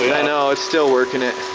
i know, it's still working it.